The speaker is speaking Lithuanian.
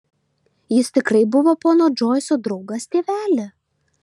jis tikrai buvo pono džoiso draugas tėveli